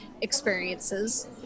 experiences